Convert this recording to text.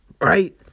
Right